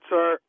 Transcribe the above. Sir